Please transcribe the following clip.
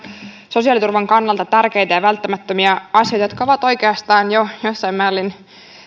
sosiaaliturvan kannalta tärkeitä ja välttämättömiä asioita jotka ovat oikeastaan jossain määrin jo